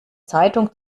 zeitung